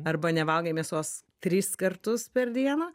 arba nevalgai mėsos tris kartus per dieną